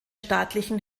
staatlichen